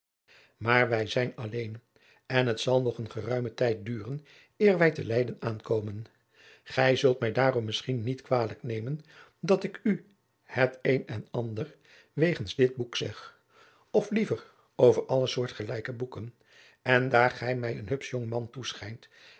maar wij zijn alleen en het zal nog een geruimen tijd duren eer wij te leyden aankomen gij zult mij daarom misschien niet kwalijk nemen dat ik u het een en ander wegens dit boek zeg of liever over alle soortgelijke boeken en daar gij mij een hupsch jongman toeschijnt